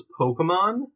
Pokemon